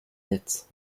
netz